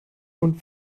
und